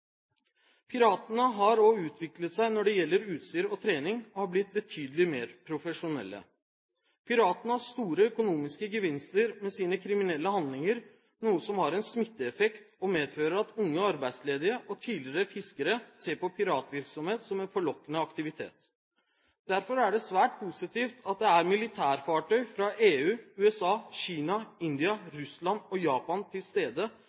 Piratene har også utviklet seg når det gjelder utstyr og trening, og har blitt betydelig mer profesjonelle. Piratene har store økonomiske gevinster fra sine kriminelle handlinger, noe som har en smitteeffekt og medfører at unge arbeidsledige og tidligere fiskere ser på piratvirksomhet som en forlokkende aktivitet. Derfor er det svært positivt at det er militærfartøy fra EU, USA, Kina, India, Russland og Japan til stede